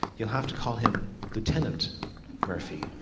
you'll have to call him lieutenant murphy.